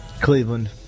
Cleveland